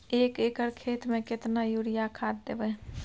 एक एकर खेत मे केतना यूरिया खाद दैबे?